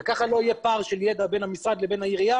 כך לא יהיה פער של ידע בין המשרד לבין העירייה